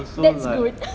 that's good